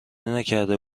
نکرده